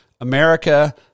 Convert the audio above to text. America